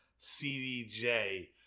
CDJ